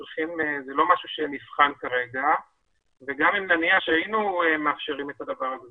זה לא משהו שנבחן כרגע וגם אם נניח שהיינו מאפשרים את הדבר הזה,